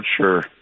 sure